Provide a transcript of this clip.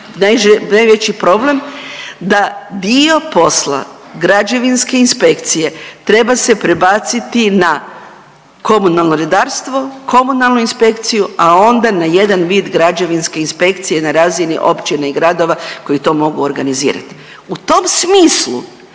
najveći problem, da dio posla građevinske inspekcije treba se prebaciti na komunalno redarstvo, komunalnu inspekciju, a onda na jedan vid građevinske inspekcije na razini općine i gradova koji to mogu organizirati. U tom smislu,